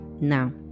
Now